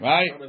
Right